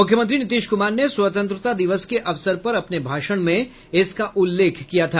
मुख्यमंत्री नीतीश कुमार ने स्वतंत्रता दिवस के अवसर पर अपने भाषण में इसका उल्लेख किया था